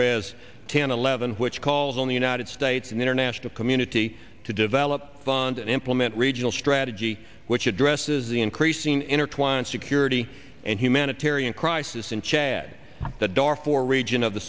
raz ten eleven which calls on the united states and international community to develop fund and implement regional strategy which addresses the increasing intertwined security and humanitarian crisis in chad the darfur region of the